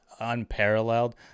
unparalleled